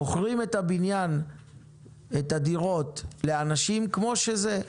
מוכרים את הדירות לאנשים כמו שזה,